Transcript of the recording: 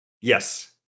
Yes